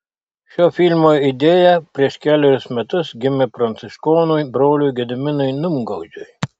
šio filmo idėja prieš kelerius metus gimė pranciškonui broliui gediminui numgaudžiui